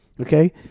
okay